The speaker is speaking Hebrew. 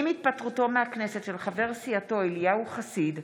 עם התפטרותו מהכנסת של חבר סיעתו אליהו חסיד,